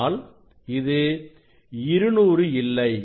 ஆனால் இது 200 இல்லை